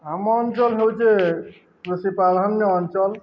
ଆମ ଅଞ୍ଚଲ ହେଉଚେ କୃଷିପ୍ରାଧାନ୍ୟ ଅଞ୍ଚଳ